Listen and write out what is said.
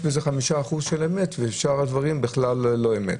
בזה חמישה אחוז של אמת ושאר הדברים בכלל לא אמת.